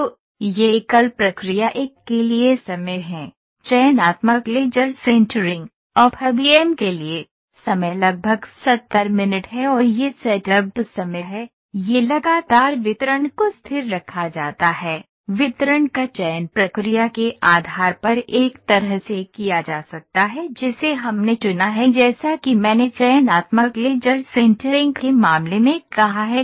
तो ये एकल प्रक्रिया एक के लिए समय हैं चयनात्मक लेजर सिंटरिंग एफबीएम के लिए समय लगभग 70 मिनट है और यह सेटअप समय है यह लगातार वितरण को स्थिर रखा जाता है वितरण का चयन प्रक्रिया के आधार पर एक तरह से किया जा सकता है जिसे हमने चुना है जैसा कि मैंने चयनात्मक लेजर सिंटरिंग के मामले में कहा है